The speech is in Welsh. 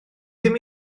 ddim